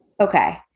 Okay